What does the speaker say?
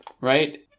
right